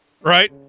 Right